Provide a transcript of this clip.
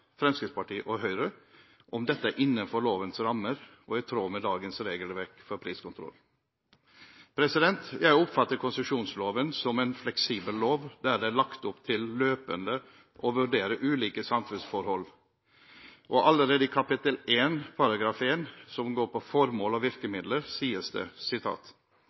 Fremskrittspartiet og Høyre, om hvorvidt dette er innenfor lovens rammer og i tråd med dagens regelverk for priskontroll. Jeg oppfatter konsesjonsloven som en fleksibel lov, der det er lagt opp til løpende å vurdere ulike samfunnsforhold. Allerede i kapittel 1 § 1, som går på formål og virkemidler, sies det: